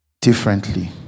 differently